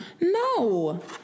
No